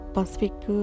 Pacific